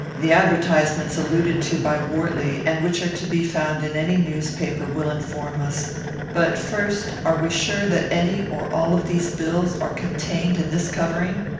the advertisements alluded to by wortley, and which are to be found in any newspaper, will inform us but, first, are we sure that any or all of these bills are contained in this covering?